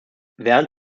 während